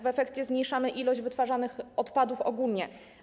W efekcie zmniejszamy ilość wytwarzanych odpadów ogólnie.